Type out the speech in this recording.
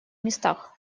местах